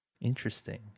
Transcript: Interesting